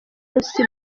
munsi